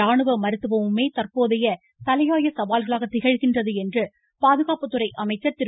ராணுவ மருத்துவமுமே தற்போதைய தலையாய சைபர் பாதுகாப்பும் சவால்களாக திகழ்கின்றது என்று பாதுகாப்புத்துறை அமைச்சர் திரு